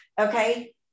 Okay